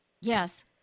Yes